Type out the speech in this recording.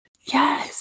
Yes